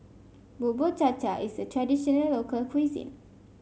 Bubur Cha Cha is a traditional local cuisine